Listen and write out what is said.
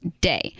day